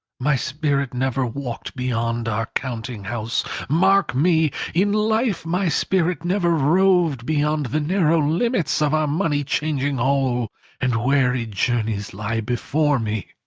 my spirit never walked beyond our counting-house mark me in life my spirit never roved beyond the narrow limits of our money-changing hole and weary journeys lie before me!